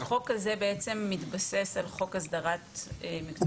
זה המקום היחיד בחוק ההסדרה שמופיע בעצם מוסד רפואי.